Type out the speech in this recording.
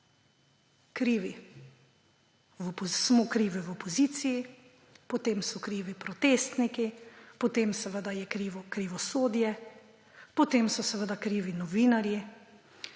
krivi v opoziciji, potem so krivi protestniki, potem je krivo krivosodje, potem so krivi novinarji,